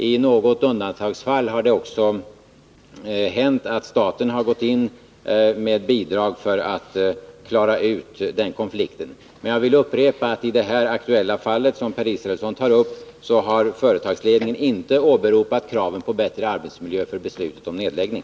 I något undantagsfall har det också hänt att staten gått in med bidrag för att klara ut konflikten, men jag vill upprepa att i det aktuella fall, som Per Israelsson tar upp, har företagsledningen inte åberopat kravet på bättre arbetsmiljö för beslutet om nedläggning.